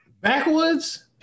Backwoods